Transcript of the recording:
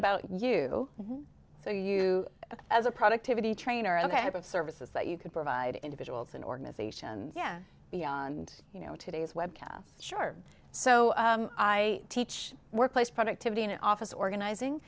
about you so you as a productivity trainer and i have of services that you could provide individuals and organizations yeah beyond you know today's webcast sure so i teach workplace productivity in an office organizing